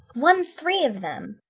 one three of them,